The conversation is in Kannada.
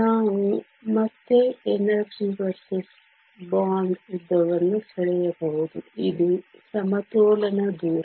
ನಾವು ಮತ್ತೆ ಎನರ್ಜಿ ವರ್ಸಸ್ ಬಾಂಡ್ ಉದ್ದವನ್ನು ಸೆಳೆಯಬಹುದು ಇದು ಸಮತೋಲನ ದೂರ